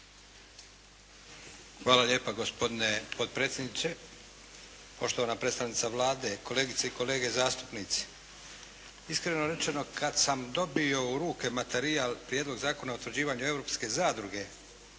Hvala lijepa gospodine potpredsjedniče. Poštovana predstavnice Vlade, kolegice i kolege zastupnici. Iskreno rečeno kada sam dobio u ruke materijal Prijedlog zakona o utvrđivanju europske zadruge